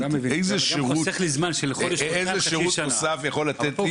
אני שואל איזה שירות נוסף יכול לתת לי